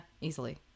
easily